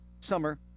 summer